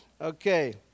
Okay